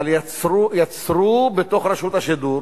אבל יצרו בתוך רשות השידור